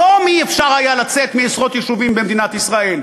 היום לא היה אפשר לצאת מעשרות יישובים במדינת ישראל,